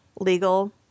legal